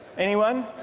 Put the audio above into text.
anyone?